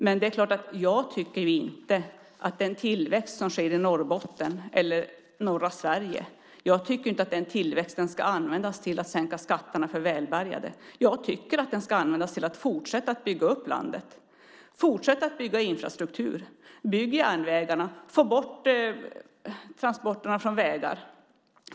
Men det är klart att jag inte tycker att den tillväxt som sker i norra Sverige ska användas till att sänka skatterna för välbärgade. Jag tycker att den ska användas till att fortsätta att bygga upp landet, fortsätta att bygga infrastruktur. Bygg järnvägarna. Få bort transporterna från vägar.